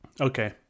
Okay